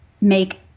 Make